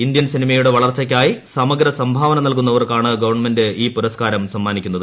Indian സിനിമയുടെ വളർച്ചയ്ക്കായി സമഗ്ര സംഭാവന നല്കുന്നവർക്കാണ് ഗവണ്മെന്റ് ഈ പുരസ്കാരം സമ്മാനിക്കുന്നത്